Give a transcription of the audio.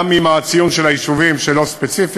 גם עם הציון של היישובים, שאלות ספציפיות,